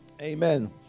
Amen